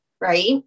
right